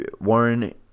Warren